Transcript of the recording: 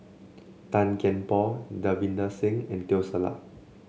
Tan Kian Por Davinder Singh and Teo Ser Luck